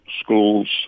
schools